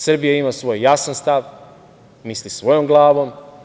Srbija ima svoj jasan stav, misli svojom glavom.